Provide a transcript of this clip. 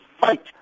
fight